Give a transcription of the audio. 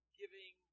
giving